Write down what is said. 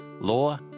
law